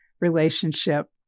relationship